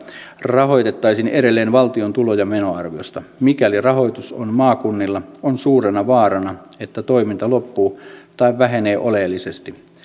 rahoitettaisiin edelleen valtion tulo ja menoarviosta mikäli rahoitus on maakunnilla on suurena vaarana että toiminta loppuu tai vähenee oleellisesti